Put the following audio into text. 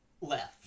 left